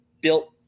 built